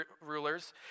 rulers